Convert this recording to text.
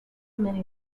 many